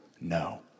No